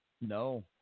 No